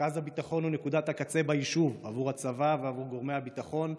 רכז הביטחון הוא נקודת הקצה ביישוב עבור הצבא ועבור גורמי הביטחון,